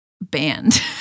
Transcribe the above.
band